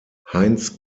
heinz